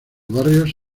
barrios